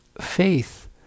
faith